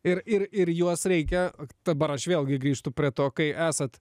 ir ir ir juos reikia dabar aš vėlgi grįžtu prie to kai esat